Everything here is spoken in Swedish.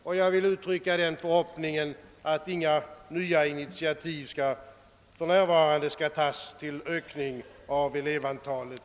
Jag vill därför uttrycka den förhoppningen att några nya initiativ för att öka klassernas elevantal för närvarande inte skall tagas.